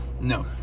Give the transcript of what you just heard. No